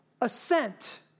assent